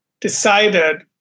decided